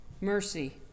mercy